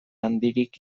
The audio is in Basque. handirik